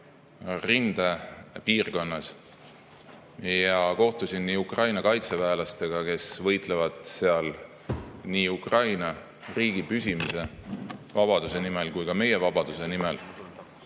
rindepiirkonnas ja kohtusin Ukraina kaitseväelastega, kes võitlevad seal nii Ukraina riigi püsimise ja vabaduse nimel kui ka meie vabaduse nimel,